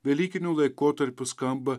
velykiniu laikotarpiu skamba